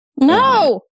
No